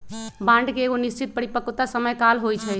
bond के एगो निश्चित परिपक्वता समय काल होइ छइ